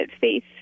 faith